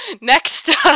Next